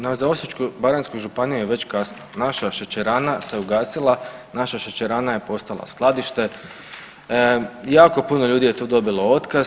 No za Osječko-baranjsku županiju je već kasno, naša šećerana se ugasila, naša šećerana je postala skladište, jako puno ljudi je tu dobilo otkaz.